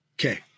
okay